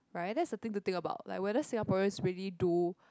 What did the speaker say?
right that's the thing to think about like whether Singaporeans really do